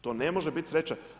To ne može biti sreća.